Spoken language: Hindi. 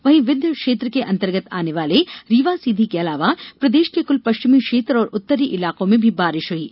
वहीं विंध्य क्षेत्र के अंतर्गत आने वाले रीवा सीधी के अलावा प्रदेश के कुछ पश्चिमी क्षेत्र और उत्तरी इलाकों में भी बारिश हुयी है